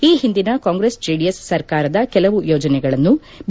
ಈ ಹಿಂದಿನ ಕಾಂಗ್ರೆಸ್ ಜೆಡಿಎಸ್ ಸರ್ಕಾರದ ಕೆಲವು ಯೋಜನೆಗಳನ್ನು ಬಿ